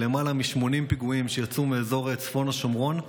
למעל 80 פיגועים שיצאו מאזור צפון השומרון.